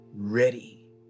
ready